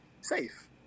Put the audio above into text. safe